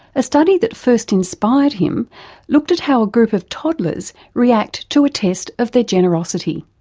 a study that first inspired him looked at how a group of toddlers react to a test of their generosity.